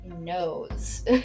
knows